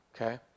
Okay